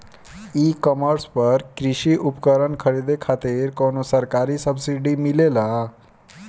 ई कॉमर्स पर कृषी उपकरण खरीदे खातिर कउनो सरकारी सब्सीडी मिलेला?